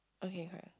okay correct